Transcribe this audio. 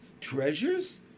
treasures